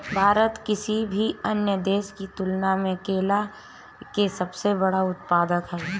भारत किसी भी अन्य देश की तुलना में केला के सबसे बड़ा उत्पादक ह